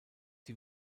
die